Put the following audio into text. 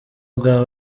bwa